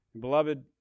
Beloved